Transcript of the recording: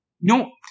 No